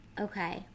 okay